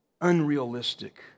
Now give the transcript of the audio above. unrealistic